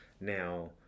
Now